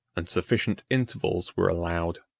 and sufficient intervals were allowed,